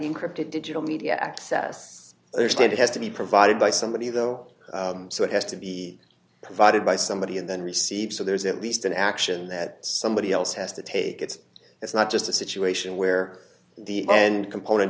encrypted digital media access understand it has to be provided by somebody though so it has to be provided by somebody and then receives so there's at least an action that somebody else has to take it's it's not just a situation where the and component